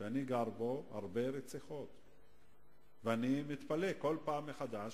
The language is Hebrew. שאני גר בו הרבה רציחות, ואני מתפלא, כל פעם מחדש